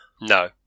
No